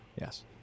Yes